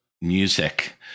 music